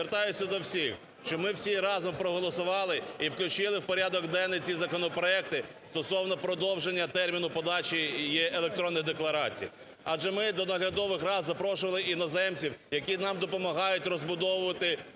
звертаюся до всіх, щоб ми всі разом проголосували і включили в порядок денний ці законопроекти стосовно продовження терміну подачі електронних декларацій. Адже ми до наглядових рад запрошували іноземців, які нам допомагають розбудовувати